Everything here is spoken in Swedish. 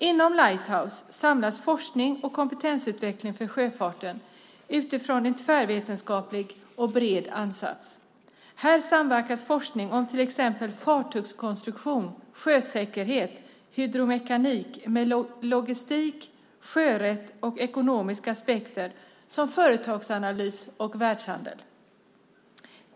Inom Lighthouse samlas forskning och kompetensutveckling för sjöfarten utifrån en tvärvetenskaplig och bred ansats. Här samverkas det kring forskning om till exempel fartygskonstruktion, sjösäkerhet och hydromekanik med logistik, sjörätt och ekonomiska aspekter såsom företagsanalys och världshandel.